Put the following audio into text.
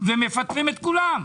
ומפטרים את כולם.